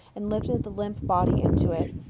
and lifted the limp body into it.